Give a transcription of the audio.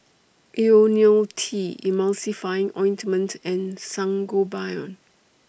Ionil T Emulsying Ointment and Sangobion